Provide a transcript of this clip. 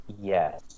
Yes